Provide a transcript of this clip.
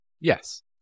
Yes